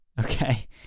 Okay